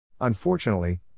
Unfortunately